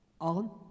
On